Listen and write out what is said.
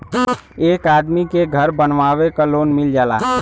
एक आदमी के घर बनवावे क लोन मिल जाला